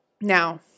Now